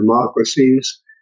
democracies